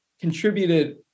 contributed